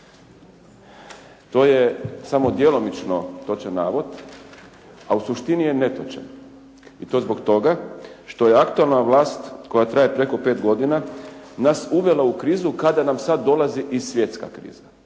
To je samo djelomično točan navod, a u suštini je netočan i to zbog toga što je aktualna vlast koja traje preko 5 godina nas uvela u krizu kada nam sada dolazi i svjetska kriza.